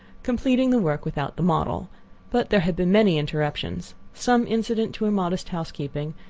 completing the work without the model but there had been many interruptions, some incident to her modest housekeeping,